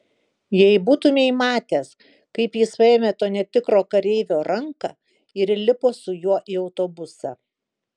jei būtumei matęs kaip jis paėmė to netikro kareivio ranką ir įlipo su juo į autobusą